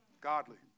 godly